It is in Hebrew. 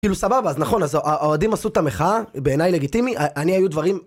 כאילו סבבה, אז נכון, אז האוהדים עשו את המחאה, בעיניי לגיטימי, אני היו דברים...